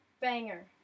Banger